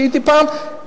כשהייתי פעם,